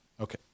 Okay